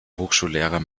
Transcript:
hochschullehrer